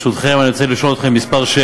ברשותכם, אני רוצה לשאול אתכם כמה שאלות.